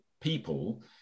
people